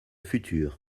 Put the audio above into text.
futur